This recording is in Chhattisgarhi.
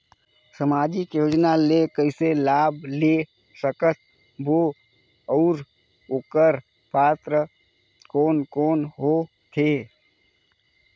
समाजिक योजना ले कइसे लाभ ले सकत बो और ओकर पात्र कोन कोन हो थे?